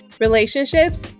relationships